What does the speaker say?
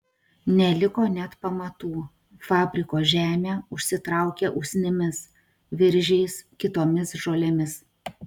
neliko net pamatų fabriko žemė užsitraukė usnimis viržiais kitomis žolėmis